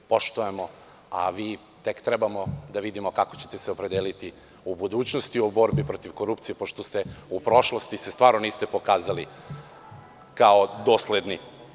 Mi poštujemo, a vas tek treba da vidimo kako ćete se opredeliti u budućnosti o borbi protiv korupcije, pošto se u prošlosti stvarno niste pokazali kao dosledni.